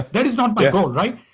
but is not my goal, right?